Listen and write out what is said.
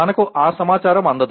మనకు ఆ సమాచారం అందదు